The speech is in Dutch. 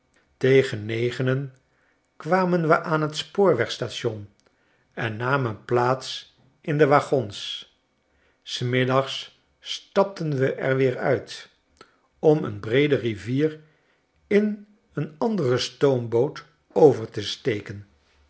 tegen negenen kwamen we aan t spoor weg station en namen plaats in de waggons s middags stapten we er weer uit om een breede rivier in een andere stoomboot over te steken